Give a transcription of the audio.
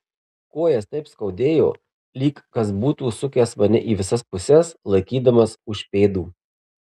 kojas taip skaudėjo lyg kas būtų sukęs mane į visas puses laikydamas už pėdų